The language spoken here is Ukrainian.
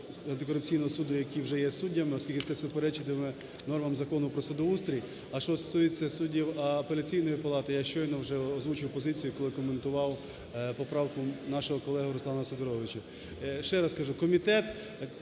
антикорупційного суду, які вже є суддями, оскільки це суперечитиме нормам Закону про судоустрій. А що стосується суддів Апеляційної палати, я щойно вже озвучив позицію, коли коментував поправку нашого колеги Руслана Сидоровича.